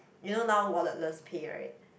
you know now wallet less pay right